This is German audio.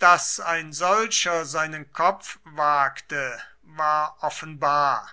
daß ein solcher seinen kopf wagte war offenbar